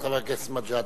את חבר הכנסת מג'אדלה.